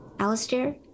Alistair